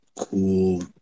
cool